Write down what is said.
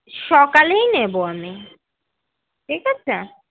সকালেই নেবো আমি ঠিক আছে